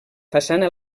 façana